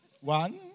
One